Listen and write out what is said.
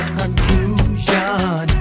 conclusion